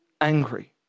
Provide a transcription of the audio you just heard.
angry